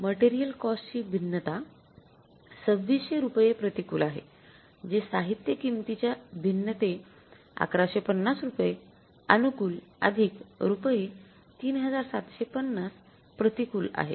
material कॉस्टचे भिन्नता २६०० रुपये प्रतिकूल आहे जे साहित्य किंमतीच्या भिन्नते ११५० रुपये अनुकूल रुपये ३७५० प्रतिकूल आहे